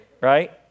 right